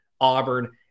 Auburn